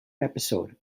episode